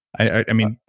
i mean,